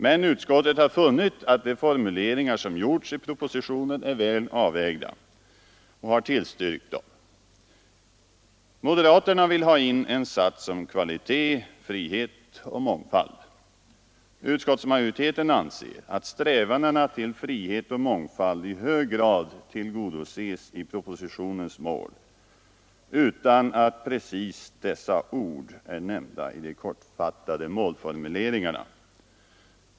Men utskottet har funnit att de formuleringar som gjorts i propositionen är väl avvägda och har tillstyrkt dem. Moderaterna vill ha in en sats om kvalitet, frihet och mångfald. Utskottsmajoriteten anser att strävandena till frihet och mångfald i hög grad tillgodoses i propositionens mål utan att just dessa ord är nämnda i de kortfattade målformuleringarna.